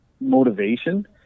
motivation